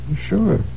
Sure